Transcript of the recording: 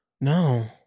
No